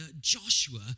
Joshua